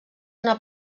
una